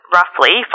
roughly